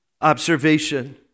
observation